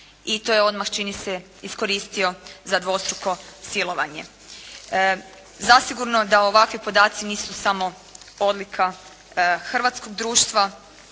i to je odmah čini se, iskoristio za dvostruko silovanje. Zasigurno da ovakvi podaci nisu samo odlika hrvatskog društva,